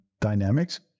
dynamics